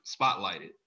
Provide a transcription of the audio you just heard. spotlighted